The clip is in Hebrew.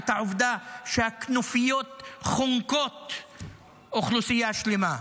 את העובדה שהכנופיות חונקות אוכלוסייה שלמה?